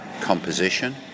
composition